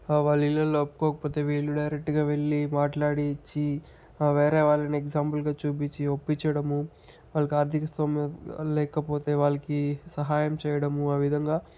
వాళ్ళ ఇళ్ళల్లో ఒప్పుకోకపోతే వీళ్ళు డైరెక్ట్గా వెళ్ళి మాట్లాడి ఇచ్చి వేరే వాళ్ళని ఎక్జాంపుల్గా చూపించి ఒప్పించడం వాళ్ళకి ఆర్థిక స్థోమత లేకపోతే వాళ్ళకి సహాయం చేయడం ఆ విధంగా